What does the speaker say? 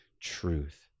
truth